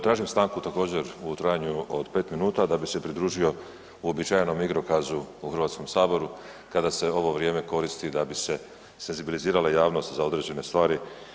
Tražim stanku također u trajanju od 5 minuta da bi se pridružio uobičajenom igrokazu u Hrvatskom saboru kada se ovo vrijeme koristi da bi se senzibilizirala javnost za određene stvari.